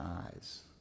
eyes